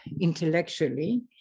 intellectually